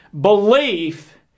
belief